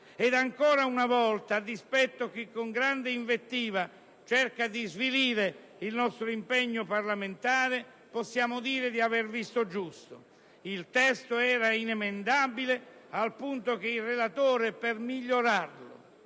Ancora una volta, a dispetto di chi con le invettive cerca di svilire il nostro impegno parlamentare, possiamo dire di aver visto giusto. Il testo era inemendabile, al punto che il relatore, per migliorarlo